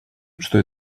что